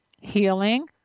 healing